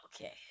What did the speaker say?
okay